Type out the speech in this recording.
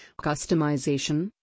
Customization